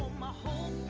my home